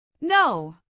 No